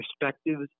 perspectives